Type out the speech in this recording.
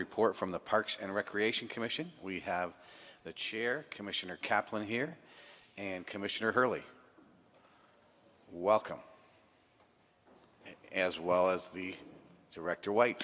report from the parks and recreation commission we have the chair commissioner caplan here and commissioner hurley welcome as well as the director